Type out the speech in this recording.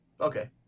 Okay